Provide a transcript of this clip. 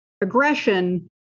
aggression